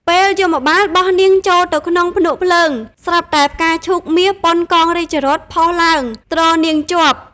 ពេលយមបាលបោះនាងចូលទៅក្នុងភ្នក់ភ្លើង ស្រាប់តែផ្កាឈូកមាសប៉ុនកង់រាជរថផុសឡើង ទ្រនាងជាប់ ។